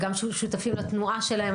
וגם שותפים לתנועה שלהם.